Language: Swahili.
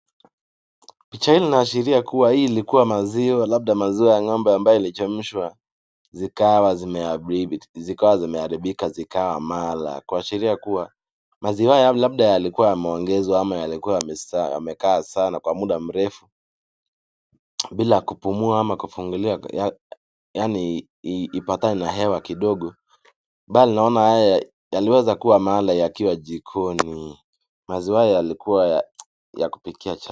Picha hili linaashiria kuwa hii ilikuwa maziwa labda maziwa ya ng'ombe ambayo ilichemshwa zikawa zimeharibika zikawa mala kuashiria kuwa maziwa haya labda yalikuwa yameongezwa ama yalikuwa yamekaa sana kwa muda mrefu bila kupumua ama kufunguliwa yaani ipatane na hewa kidogo. Bali naona haya yaliweza kuwa mala yakiwa jikoni. Maziwa haya yalikuwa ya kupikia.